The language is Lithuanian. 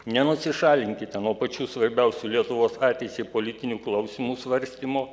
nenusišalinkite nuo pačių svarbiausių lietuvos ateičiai politinių klausimų svarstymo